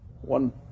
One